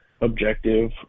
objective